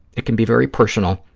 it can be very personal,